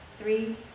three